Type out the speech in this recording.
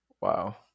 Wow